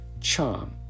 charm